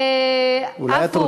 עפו,